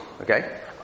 Okay